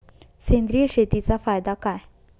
सेंद्रिय शेतीचा फायदा काय?